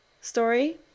story